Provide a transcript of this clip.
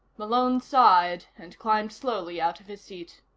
malone sighed and climbed slowly out of his seat.